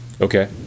Okay